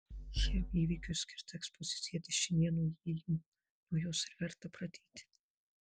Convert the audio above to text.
šiam įvykiui skirta ekspozicija dešinėje nuo įėjimo nuo jos ir verta pradėti